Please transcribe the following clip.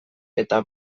eta